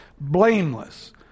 blameless